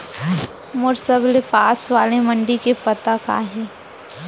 मोर सबले पास वाले मण्डी के पता का हे?